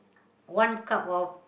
one cup of